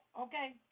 Okay